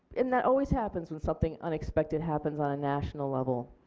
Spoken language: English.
and that always happens when something unexpected happens on a national level.